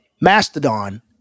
Mastodon